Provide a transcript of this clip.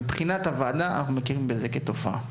מבחינת הוועדה, אנחנו מכירים בזה כתופעה.